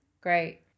great